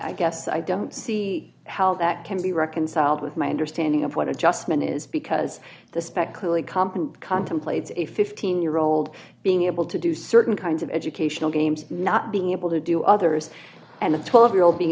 i guess i don't see how that can be reconciled with my understanding of what adjustment is because the spec clearly company contemplates a fifteen year old being able to do certain kinds of educational games not being able to do others and a twelve year old being